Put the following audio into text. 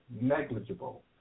negligible